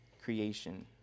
creation